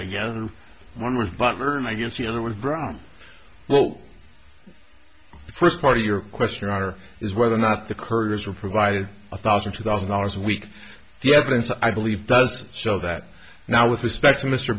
and one was butler and i guess the other was ground well the first part of your question writer is whether or not the couriers were provided a thousand two thousand dollars a week the evidence i believe does show that now with respect to mr